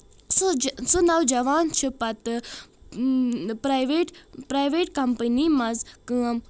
سُہ سُہ نوجوان چھُ پتہٕ پرایویٹ پرایویٹ کمپنی منٛز کٲم